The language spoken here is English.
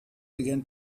began